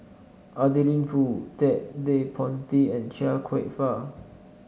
Adeline Foo Ted De Ponti and Chia Kwek Fah